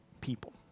people